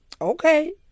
Okay